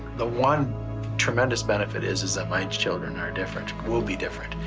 the one tremendous benefit is is that my children are different will be different.